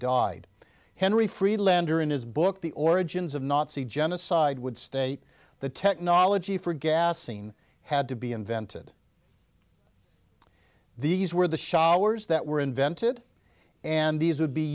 died henry freelander in his book the origins of nazi genocide would state the technology for gassing had to be invented these were the showers that were invented and these would be